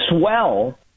swell